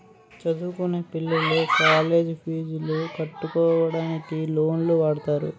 చదువుకొనే పిల్లలు కాలేజ్ పీజులు కట్టుకోవడానికి లోన్లు వాడుతారు